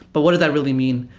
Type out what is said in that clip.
but what does that really mean?